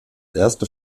erste